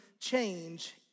change